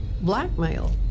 blackmail